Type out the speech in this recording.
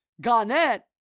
Garnett